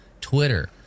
Twitter